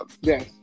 yes